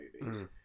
movies